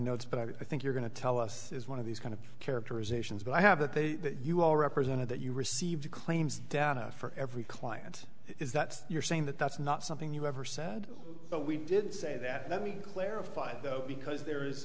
notes but i think you're going to tell us is one of these kind of characterizations but i have that they you all represented that you received the claims down for every client is that you're saying that that's not something you ever said but we did say that we clarified though because there is